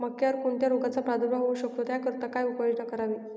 मक्यावर कोणत्या रोगाचा प्रादुर्भाव होऊ शकतो? त्याकरिता काय उपाययोजना करावी?